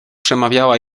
przemawiała